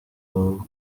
w’u